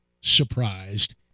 surprised –